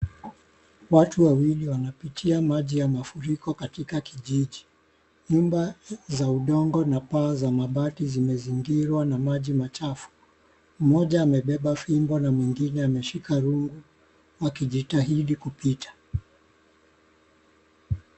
Watu wawili wanapitia maji ya mafuriko katika kijiji. Nyumba za udongo na paa za mabati zimezingirwa na maji machafu. Mmoja amebeba fimbo na mwingine ameshika rungu, akijitahidi kupita.